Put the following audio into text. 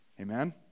Amen